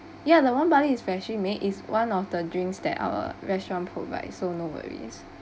ya the one barley is freshly made is one of the drinks that our restaurant provides so no worries